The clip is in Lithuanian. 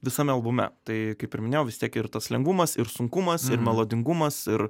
visame albume tai kaip ir minėjau vis tiek ir tas lengvumas ir sunkumas ir melodingumas ir